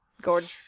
Gordon